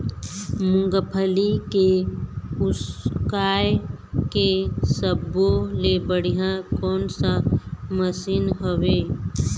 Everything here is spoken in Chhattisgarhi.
मूंगफली के उसकाय के सब्बो ले बढ़िया कोन सा मशीन हेवय?